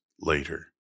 later